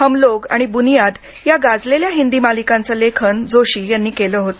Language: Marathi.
हमलोग आणि बुनियाद या गाजलेल्या हिन्दी मालिकांचे लेखन जोशी यांनी केले होते